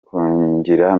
kungira